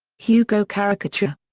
hugo caricature.